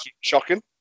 shocking